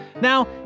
Now